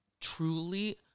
truly